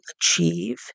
achieve